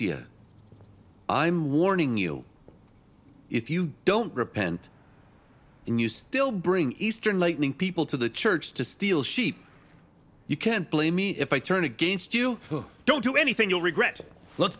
year i'm warning you if you don't repent and you still bring eastern lightning people to the church to steal sheep you can't blame me if i turn against you don't do anything you'll regret it let's